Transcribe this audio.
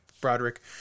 Broderick